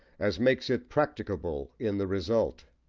as makes it practicable in the result.